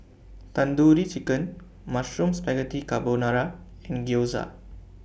Tandoori Chicken Mushroom Spaghetti Carbonara and Gyoza